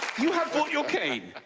you have got your cane.